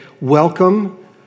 Welcome